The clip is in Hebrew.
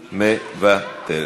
מוותרת.